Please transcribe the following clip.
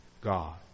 God